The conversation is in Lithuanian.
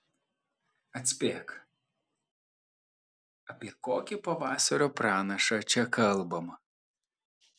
atspėk apie kokį pavasario pranašą čia kalbama